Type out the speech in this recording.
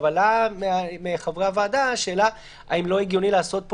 עלתה מחברי הוועדה שאלה אם לא הגיוני לעשות פה